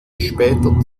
später